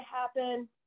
happen